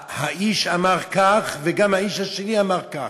האיש אמר כך וגם האיש השני אמר כך,